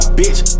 bitch